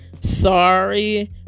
Sorry